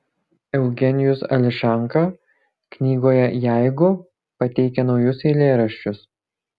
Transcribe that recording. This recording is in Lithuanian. eugenijus ališanka knygoje jeigu pateikia naujus eilėraščius